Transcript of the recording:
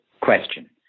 question